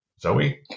Zoe